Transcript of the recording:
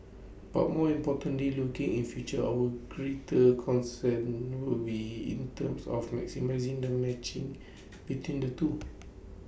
but more importantly looking in future our greater concern will be in terms of maximising the matching between the two